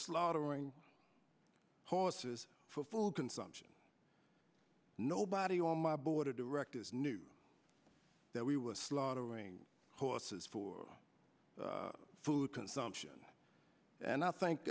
slaughtering horses for full consumption nobody on my board of directors knew that we were slaughtering horses for food consumption and i think